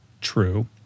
true